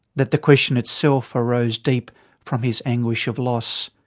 that the question itself arose deep from his anguish of loss.